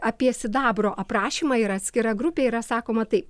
apie sidabro aprašymą yra atskira grupė yra sakoma taip